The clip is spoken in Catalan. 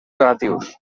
donatius